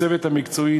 לצוות המקצועי,